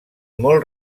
molt